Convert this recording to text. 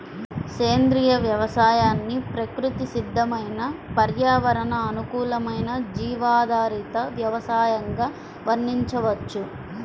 సేంద్రియ వ్యవసాయాన్ని ప్రకృతి సిద్దమైన పర్యావరణ అనుకూలమైన జీవాధారిత వ్యవసయంగా వర్ణించవచ్చు